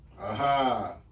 Aha